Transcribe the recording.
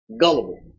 Gullible